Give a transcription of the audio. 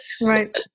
Right